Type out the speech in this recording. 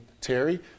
Terry